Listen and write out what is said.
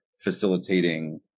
facilitating